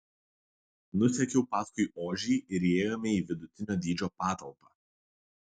nusekiau paskui ožį ir įėjome į vidutinio dydžio patalpą